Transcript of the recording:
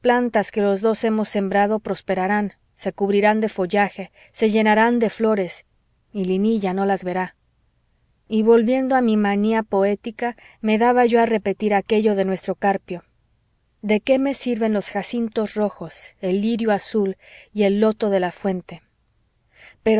dos hemos sembrado prosperarán se cubrirán de follaje se llenarán de flores y linilla no las verá y volviendo a mi manía poética me daba yo a repetir aquello de nuestro carpio de qué me sirven los jacintos rojos el lirio azul y el loto de la fuente